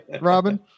Robin